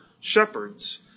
shepherds